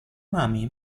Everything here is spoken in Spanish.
mami